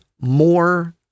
more